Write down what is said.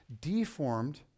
deformed